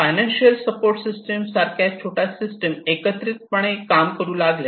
financial support system सारख्या छोट्या system एकत्रितपणे लागू केल्या